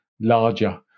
larger